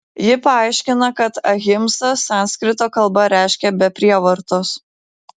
ji paaiškina kad ahimsa sanskrito kalba reiškia be prievartos